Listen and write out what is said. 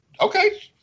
Okay